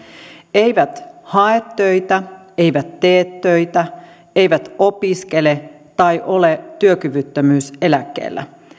eivät hae töitä eivät tee töitä eivät opiskele tai ole työkyvyttömyyseläkkeellä